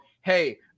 Hey